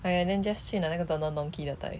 !aiya! then 你 just 去拿那个 don don donki 的戴